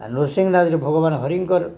ଆଉ ନୃସିଂହନାଥରେ ଭଗବାନ ହରିଙ୍କର